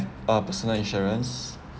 a personal insurance